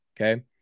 Okay